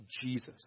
Jesus